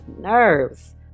nerves